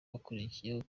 wakurikiyeho